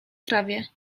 trawie